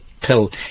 pill